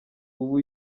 ubu